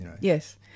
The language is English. Yes